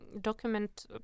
document